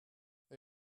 they